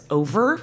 over